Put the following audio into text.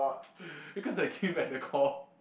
because I came back the call